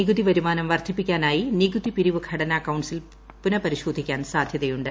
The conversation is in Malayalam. നികുതി വരുമാനം വർദ്ധിപ്പിക്കാനായി നികുതിപിരിവ് ഘടന കൌൺസിൽ പുനഃപരിശോധിക്കാൻ സാധ്യതയുണ്ട്